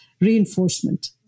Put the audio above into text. reinforcement